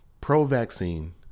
pro-vaccine